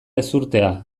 ezurtea